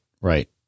Right